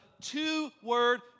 two-word